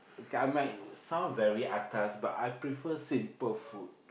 I might sound very atas but I prefer simple food